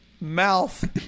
mouth